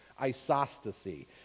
Isostasy